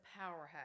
powerhouse